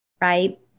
right